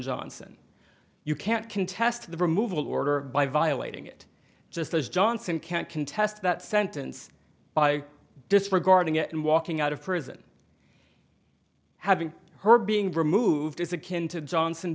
johnson you can't contest the removal order by violating it just as johnson can't contest that sentence by disregarding it and walking out of prison having her being removed is akin to johnson